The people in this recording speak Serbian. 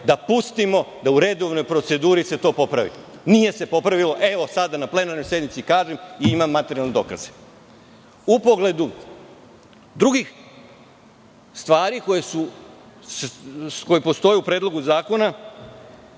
da pustimo da u redovnoj proceduri se to popravi. Nije se popravilo, evo sada na plenarnoj sednici kažem i imam materijalne dokaze.U pogledu drugih stvari koje postoje u predlogu zakona,